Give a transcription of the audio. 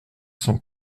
cent